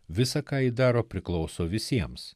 visa ką ji daro priklauso visiems